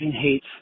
Hate